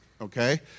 okay